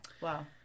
wow